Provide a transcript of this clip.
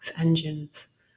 engines